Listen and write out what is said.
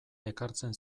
ekartzen